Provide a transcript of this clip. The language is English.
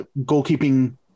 goalkeeping